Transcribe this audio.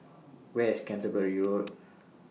Where IS Canterbury Road